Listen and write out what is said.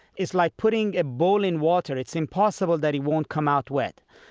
it's like putting a bowl in water. it's impossible that it won't come out wet.